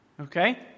Okay